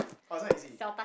orh is not easy